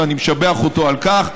ואני משבח אותו על כך,